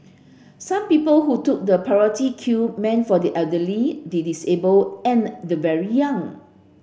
some people who took the priority queue meant for the elderly the disabled and the very young